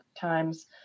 times